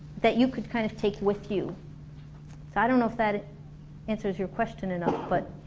that you could kind of take with you so i don't know if that answers your question enough, but